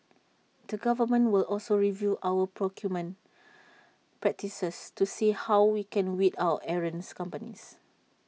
the government will also review our procurement practices to see how we can weed out errants companies